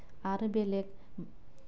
आरो बेलेक